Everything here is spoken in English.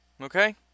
okay